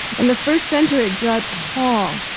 and the first center at judd hall,